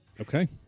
Okay